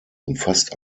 umfasst